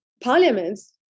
parliaments